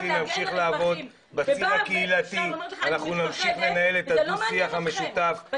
תפקידכם להגן על אזרחים --- וזה לא מעניין אתכם.